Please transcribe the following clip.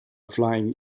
flying